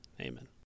Amen